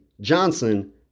Johnson